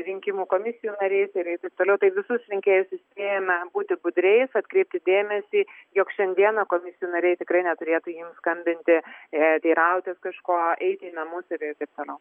rinkimų komisijų nariais ir taip toliau tai visus rinkėjus įspėjame būti budriais atkreipi dėmesį jog šiandieną komisijų nariai tikrai neturėtų jiems skambinti ir teirautis kažko eiti į namus ir taip toliau